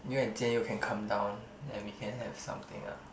you and Jian-You can come down then we can have something ah